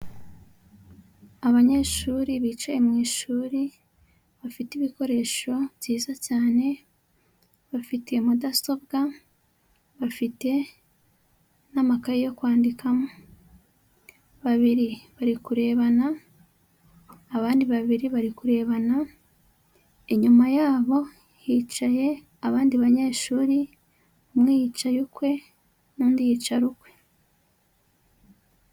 Abanyeshuri bicaye mu ishuri bafite ibikoresho byiza cyane: bafite mudasobwa, bafite n'amakaye yo kwandikamo; babiri bari kurebana, abandi babiri bari kurebana, inyuma yabo hicaye abandi banyeshuri, umwe yicaye ukwe n'undi yicara ukwe.